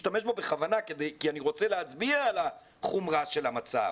ואני משתמש בו בכוונה כי אני רוצה להצביע על החומרה של המצב.